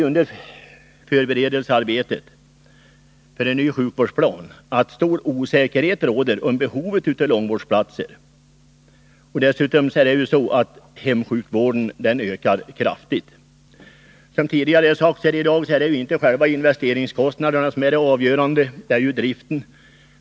Under förberedelsearbetet för en ny sjukvårdsplan har det visat sig att stor osäkerhet råder om behovet av långvårdsplatser. Dessutom ökar hemsjukvården kraftigt. Som tidigare sagts här i dag är det inte själva investeringskostnaden som är det avgörande, utan det är driften.